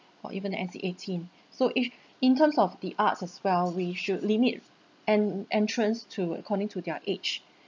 or even N_C eighteen so if in terms of the arts as well we should limit en~ entrance to according to their age